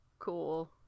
cool